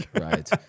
right